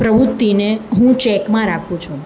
પ્રવૃત્તિને હું ચેકમાં રાખું છું